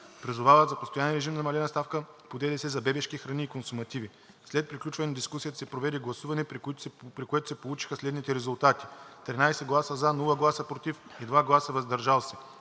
Призовават за постоянен режим на намалената ставка по ДДС за бебешки храни и консумативи. След приключване на дискусията се проведе гласуване, при което се получиха следните резултати: 13 гласа „за“, без „против“ и 2 гласа „въздържал се“.